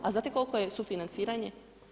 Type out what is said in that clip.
A znate koliko je sufinanciranje?